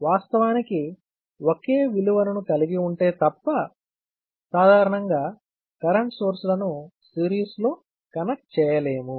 వాస్తవానికి ఒకే విలువలను కలిగి ఉంటే తప్ప సాధారణంగా కరెంట్ సోర్స్ లను సిరీస్ లో కనెక్ట్ చేయలేము